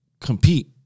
Compete